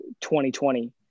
2020